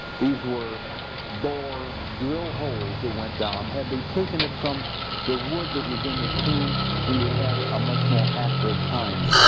these were bore drill holes that went down, had they taken it from the wood that was in the tomb we would have had a much more accurate time,